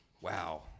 Wow